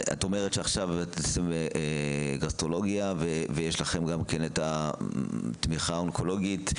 את אומרת שעכשיו יש לכם גסטרולוגיה וגם תמיכה אונקולוגית.